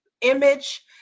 image